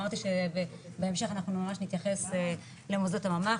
אמרתי שבהמשך ממש נתייחס למוסדות הממ"ח,